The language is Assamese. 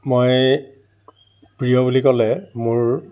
মই প্ৰিয় বুলি ক'লে মোৰ